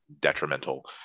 detrimental